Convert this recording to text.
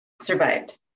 survived